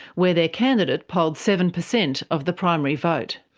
where their candidates polled seven percent of the primary vote.